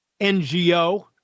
NGO